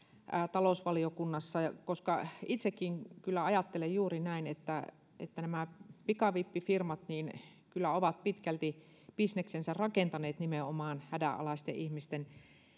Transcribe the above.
talousvaliokunnassa koska itsekin kyllä ajattelen juuri näin että että nämä pikavippifirmat kyllä ovat pitkälti bisneksensä rakentaneet nimenomaan hädänalaisten ihmisten